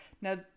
Now